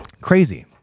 Crazy